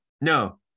No